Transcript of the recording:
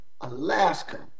Alaska